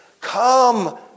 Come